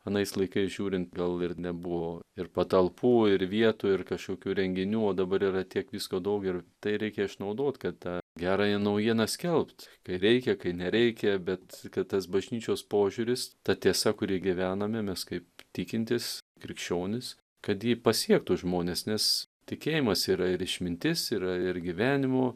anais laikais žiūrint gal ir nebuvo ir patalpų ir vietų ir kažkokių renginių o dabar yra tiek visko daug ir tai reikia išnaudot kad tą gerąją naujieną skelbt kai reikia kai nereikia bet kad tas bažnyčios požiūris ta tiesa kuri gyvename mes kaip tikintys krikščionys kad ji pasiektų žmones nes tikėjimas yra ir išmintis yra ir gyvenimo